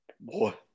Boy